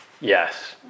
Yes